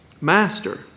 Master